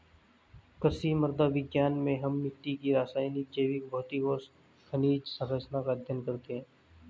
कृषि मृदा विज्ञान में हम मिट्टी की रासायनिक, जैविक, भौतिक और खनिज सरंचना का अध्ययन करते हैं